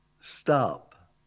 stop